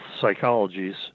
psychologies